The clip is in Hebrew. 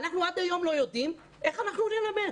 אנחנו עד היום לא יודעים איך אנחנו נלמד,